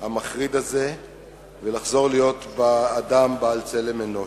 המחריד הזה ולחזור ולהיות אדם בעל צלם אנוש.